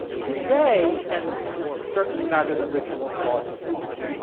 today, and this is certainly not an original thought of mine,